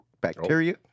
bacteria